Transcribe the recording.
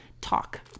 talk